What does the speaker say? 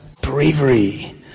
bravery